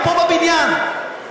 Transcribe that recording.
פה, בבניין.